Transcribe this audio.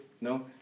no